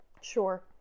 Sure